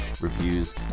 reviews